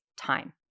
time